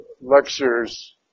lectures